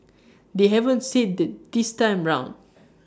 they haven't said that this time round